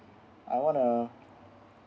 I want to